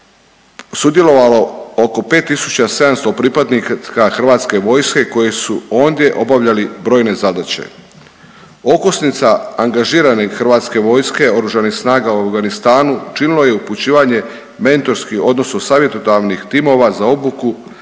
sudjelovalo oko 5.700 pripadnika Hrvatske vojske koji su ondje obavljali brojne zadaće. Okosnica angažirane Hrvatske vojske Oružanih snaga u Afganistanu činilo je upućivanje mentorski odnosno savjetodavnih timova za obuku afganistanske vojske